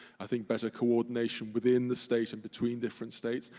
i think better coordination within the state and between different states,